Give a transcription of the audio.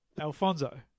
Alfonso